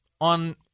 on